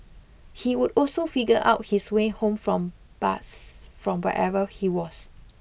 he would also figure out his way home from bus from wherever he was